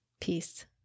Peace